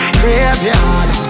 graveyard